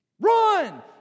Run